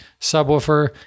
subwoofer